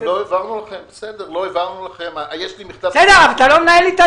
אתה לא מנהל איתה